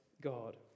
God